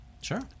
Sure